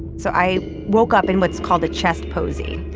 so i woke up in what's called a chest posey.